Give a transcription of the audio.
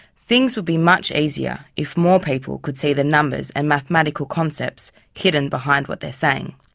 things would be much easier if more people could see the numbers and mathematical concepts hidden behind what they're saying.